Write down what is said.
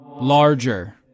larger